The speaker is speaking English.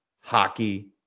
hockey